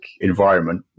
environment